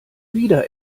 wieder